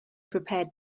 prepared